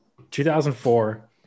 2004